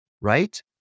Right